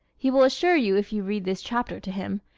he will assure you if you read this chapter to him.